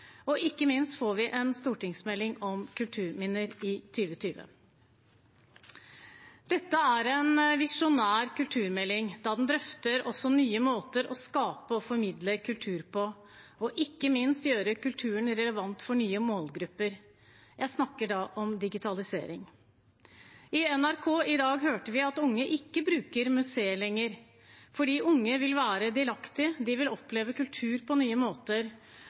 og ikke minst får vi en stortingsmelding om kulturminner i 2020. Dette er en visjonær kulturmelding, da den drøfter nye måter å skape og formidle kultur på, og ikke minst vil gjøre kulturen relevant for nye målgrupper. Jeg snakker da om digitalisering. I NRK i dag hørte vi at unge ikke bruker museer lenger fordi unge vil være delaktige, de vil oppleve kultur på nye måter,